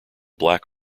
black